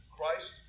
Christ